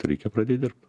reikia pradėt dirbt